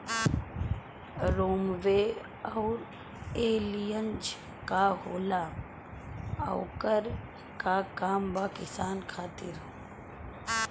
रोम्वे आउर एलियान्ज का होला आउरएकर का काम बा किसान खातिर?